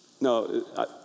No